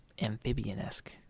Amphibian-esque